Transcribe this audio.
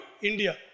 India